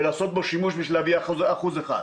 ולעשות בו שימוש כדי להביא אחוז אחד.